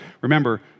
remember